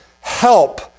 help